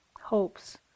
hopes